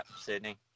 Sydney